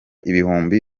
ibihumbi